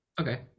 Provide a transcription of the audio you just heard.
Okay